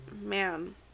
man